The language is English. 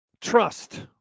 trust